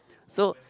so